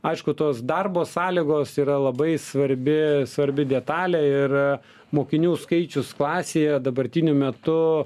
aišku tos darbo sąlygos yra labai svarbi svarbi detalė ir mokinių skaičius klasėje dabartiniu metu